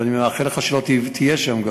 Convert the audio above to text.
ואני מאחל לך שגם לא תהיה שם,